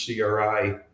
CRI